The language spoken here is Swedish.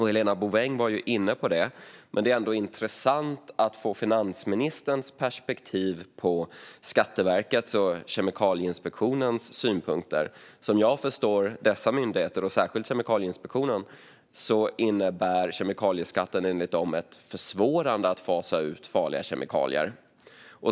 Helena Bouveng var inne på det, men det är ändå intressant att få finansministerns perspektiv på Skatteverkets och Kemikalieinspektionens synpunkter. Som jag förstår det på dessa myndigheter, speciellt Kemikalieinspektionen, innebär kemikalieskatten ett försvårande av att fasa ut farliga kemikalier.